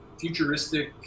futuristic